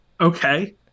Okay